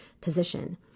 position